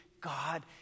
God